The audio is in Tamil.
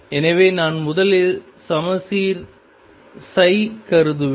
எனவே நான் முதலில் சமச்சீர்கருதுவேன்